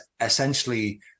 essentially